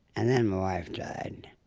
and then my wife died.